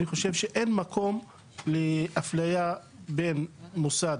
אני חושב אין מקום לאפליה בין מוסד